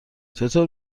چطور